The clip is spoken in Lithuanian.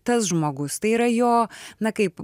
tas žmogus tai yra jo na kaip